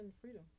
Freedom